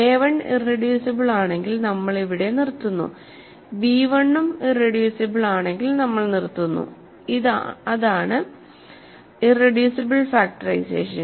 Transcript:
a 1 irreducible ആണെങ്കിൽ നമ്മൾ ഇവിടെ നിർത്തുന്നു b1 യും ഇറെഡ്യൂസിബിൾ ആണെങ്കിൽ നമ്മൾ നിർത്തുന്നു അതാണ് ഇറെഡ്യൂസിബിൾ ഫാക്ടറൈസേഷൻ